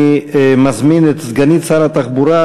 אני מזמין את סגנית שר התחבורה,